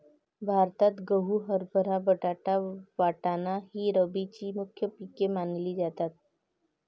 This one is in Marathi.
भारतात गहू, हरभरा, बटाटा, वाटाणा ही रब्बीची मुख्य पिके मानली जातात